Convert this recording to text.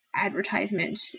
Advertisement